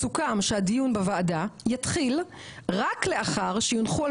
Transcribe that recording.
סוכם שהדיון בוועדה יתחיל רק לאחר שיונחו על